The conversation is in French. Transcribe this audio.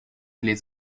les